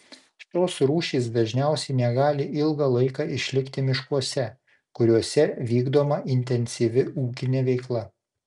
šios rūšys dažniausiai negali ilgą laiką išlikti miškuose kuriuose vykdoma intensyvi ūkinė veikla